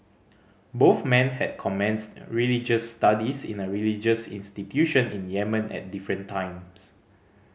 both men had commenced religious studies in a religious institution in Yemen at different times